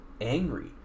angry